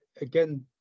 again